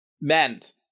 meant